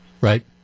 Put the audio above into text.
right